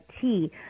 tea